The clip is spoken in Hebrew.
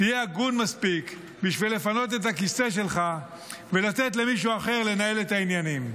תהיה הגון מספיק לפנות את הכיסא שלך ולתת למישהו אחר לנהל את העניינים.